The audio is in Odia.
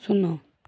ଶୂନ